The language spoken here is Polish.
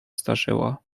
zdarzyło